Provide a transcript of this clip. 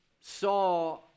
saw